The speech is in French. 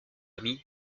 ami